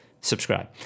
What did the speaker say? Subscribe